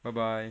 bye bye